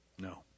No